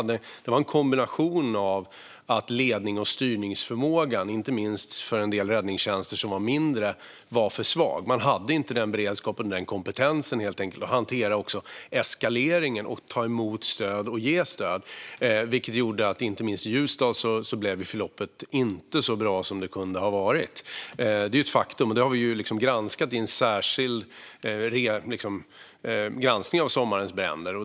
Det var ett resultat av att lednings och styrningsförmågan var för svag, inte minst för en del mindre räddningstjänster. Man hade helt enkelt inte den beredskap och kompetens som krävdes för att hantera eskaleringen, ta emot stöd och ge stöd. Det gjorde att inte minst förloppet i Ljusdal inte blev så bra som det kunde ha blivit. Det är ett faktum, och det har vi granskat i en särskild granskning av sommarens bränder.